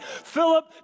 Philip